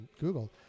Google